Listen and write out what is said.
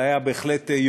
מחר הבג"ץ,